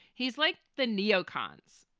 he's like the neo-cons.